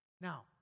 Now